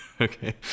Okay